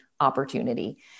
opportunity